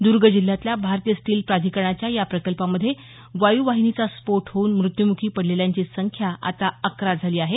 दूर्ग जिल्ह्यातील भारतीय स्टील प्राधीकरणाच्या या प्रकल्पामध्ये वायूवाहिनीचा स्फोटहोऊन मृत्युमुखी पडलेल्यांची संख्या आता अकरा झाली आहे